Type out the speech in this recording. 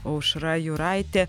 aušra jūraitė